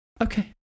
okay